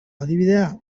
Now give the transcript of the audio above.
adibidea